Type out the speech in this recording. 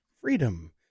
freedom